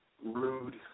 rude